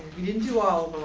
we didn't do all